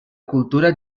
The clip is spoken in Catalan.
cultura